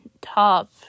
top